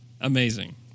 Amazing